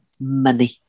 money